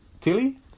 Tilly